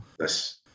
Yes